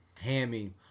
hammy